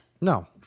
No